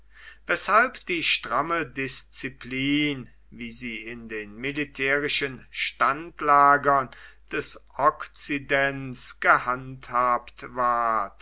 weshalb die stramme disziplin wie sie in den militärischen standlagern des okzidents gehandhabt ward